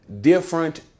different